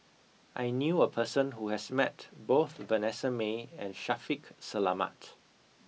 I knew a person who has met both Vanessa Mae and Shaffiq Selamat